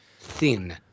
thin